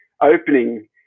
opening